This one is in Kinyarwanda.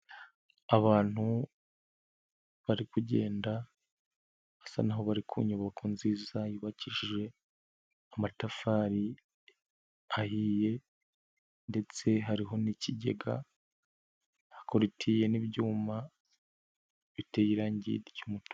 Abantu bari kugenda basa naho bari ku nyubako nziza yubakishijwe amatafari ahiye ndetse hariho n'ikigega, hakurutiye n'ibyuma biteye irange ry'umutuku.